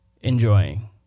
enjoying